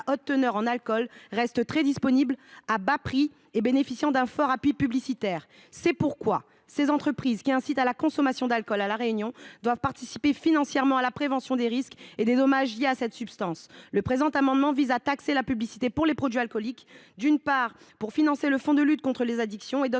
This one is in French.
haute teneur en alcool restent très disponibles à bas prix et bénéficient d’un fort appui publicitaire. C’est pourquoi les entreprises qui incitent à la consommation d’alcool à La Réunion doivent participer financièrement à la prévention des risques et des dommages liés à cette substance. Le présent amendement vise à taxer la publicité pour les produits alcooliques, d’une part, en vue de financer le fonds de lutte contre les addictions et, d’autre